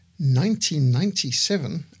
1997